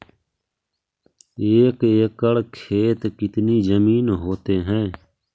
एक एकड़ खेत कितनी जमीन होते हैं?